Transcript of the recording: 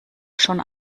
schon